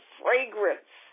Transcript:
fragrance